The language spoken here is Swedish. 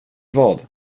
vad